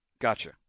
Gotcha